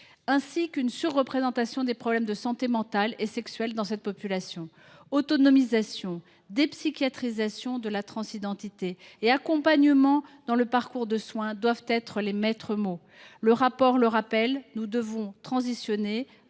une surreprésentation des problèmes de santé mentale et sexuelle dans cette population. Autonomisation, dépsychiatrisation de la transidentité et accompagnement dans le parcours de soins doivent être les maîtres mots de notre action. Le rapport le rappelle, nous devons opérer